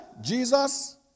Jesus